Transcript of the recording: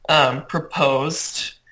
proposed